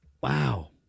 Wow